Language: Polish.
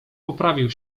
poprawił